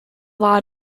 law